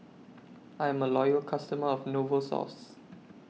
I'm A Loyal customer of Novosource